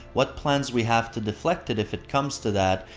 what plans we have to deflect it if it comes to that,